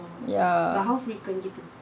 ya